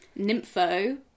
Nympho